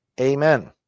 Amen